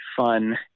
fun